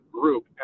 group